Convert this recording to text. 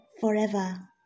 forever